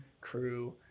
crew